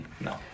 No